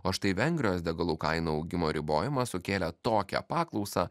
o štai vengrijos degalų kainų augimo ribojimas sukėlė tokią paklausą